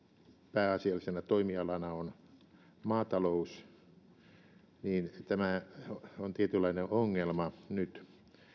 pääasiallisena toimialana on maatalous niin tämä on tietynlainen ongelma nyt